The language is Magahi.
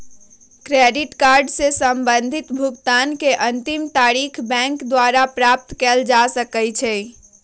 क्रेडिट कार्ड से संबंधित भुगतान के अंतिम तारिख बैंक द्वारा प्राप्त कयल जा सकइ छइ